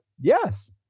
Yes